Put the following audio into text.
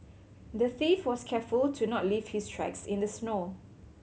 the thief was careful to not leave his tracks in the snow